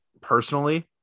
personally